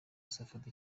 azafata